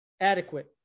adequate